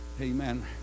Amen